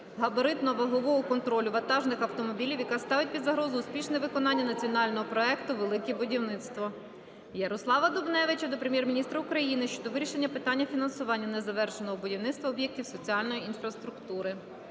габаритно-вагового контролю вантажних автомобілів, яка ставить під загрозу успішне виконання національного проєкту "Велике будівництво". Ярослава Дубневича до Прем'єр-міністра України щодо вирішення питання фінансування незавершеного будівництва об'єктів соціальної інфраструктури.